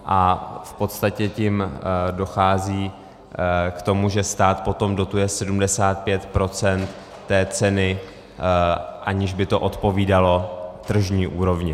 V podstatě tím dochází k tomu, že stát potom dotuje 75 % té ceny, aniž by to odpovídalo tržní úrovni.